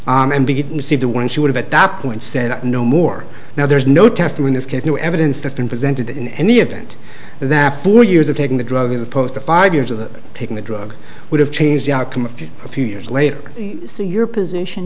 see the one she would have at that point said no more now there's no test in this case no evidence that's been presented in any event that four years of taking the drug as opposed to five years of taking the drug would have changed the outcome of a few years later so your position